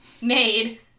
made